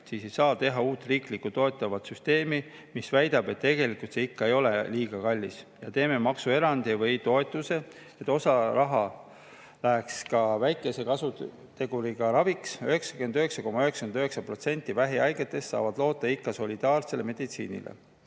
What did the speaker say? siis ei saa teha uut riiklikku toetavat süsteemi, mis väidab, et tegelikult see ikka ei ole liiga kallis ja teeme maksuerandi või -toetuse, et osa raha läheks ka väikese kasuteguriga raviks. 99,99% vähihaigetest saavad loota ikka solidaarsele meditsiinile.